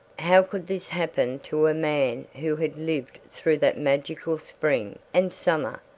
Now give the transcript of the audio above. how could this happen to a man who had lived through that magical spring and summer,